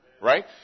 Right